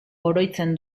oroitzen